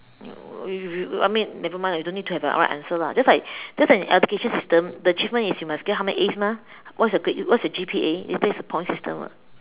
you you I mean nevermind lah you don't need to have a right answer lah just like just like in education system the achievement is you must get how many As mah what's your grade what's your G_P_A it's that's a point system [what]